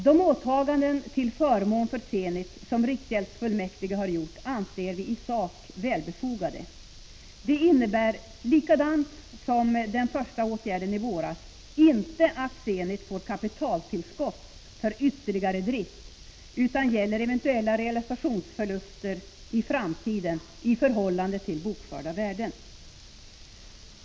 De åtaganden till förmån för Zenit som riksgäldsfullmäktige har gjort anser vi i sak välbefogade. De innebär inte, liksom inte heller var fallet med den första åtgärden i våras, att Zenit får kapitaltillskott för ytterligare drift, utan åtagandena gäller eventuella framtida realisationsförluster i förhållande till bokförda värden.